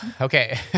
Okay